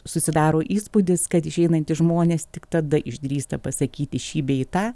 susidaro įspūdis kad išeinantys žmonės tik tada išdrįsta pasakyti šį bei tą